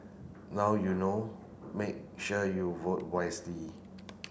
now you know make sure you vote wisely